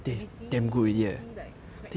A B C C like quite